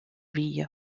ville